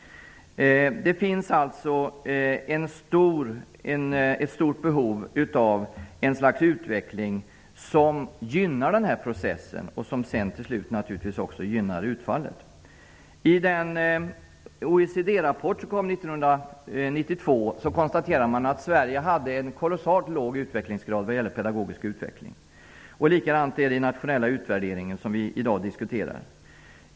Det finns alltså ett stort behov av ett slags utveckling som gynnar denna process och som till slut gynnar utfallet. I den OECD-rapport som kom 1992 konstaterade man att Sverige hade en kolossalt låg utvecklingsgrad i fråga om pedagogisk utveckling. Samma sak framgår av den nationella utvärderingen som vi diskuterar i dag.